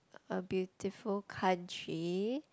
a beautiful country